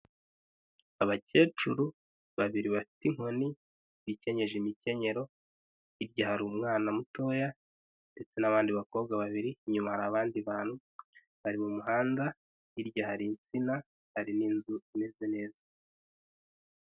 Abakecuru babiri bafite inkoni bikenyeje imikenyero, hirya hari umwana mutoya ndetse n'abandi bakobwa babiri, inyuma hari abandi bantu bari mu muhanda, hirya hari insina, hari n'inzu imeze neza.